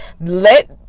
Let